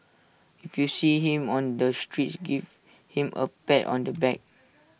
if you see him on the streets give him A pat on the back